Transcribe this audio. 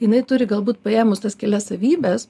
jinai turi galbūt paėmus tas kelias savybes